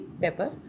pepper